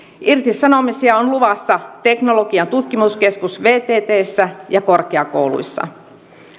irtisanomisia on luvassa teknologian tutkimuskeskuksessa vttssä ja korkeakouluissa